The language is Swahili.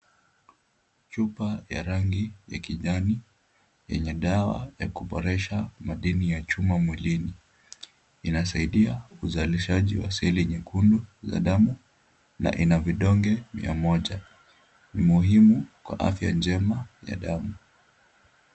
Chupa ya rangi ya kijani, yenye dawa ya kuboresha madini ya chuma mwilini. Inasaidia uzalishaji wa seli nyekundu za damu, na ina vidonge mia moja. Ni muhimu kwa afya njema ya damu.